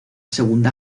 segunda